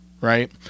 right